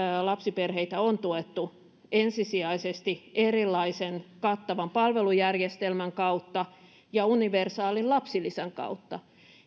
lapsiperheitä on tuettu ensisijaisesti kattavan palvelujärjestelmän kautta ja universaalin lapsilisän kautta